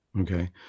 Okay